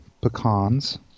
pecans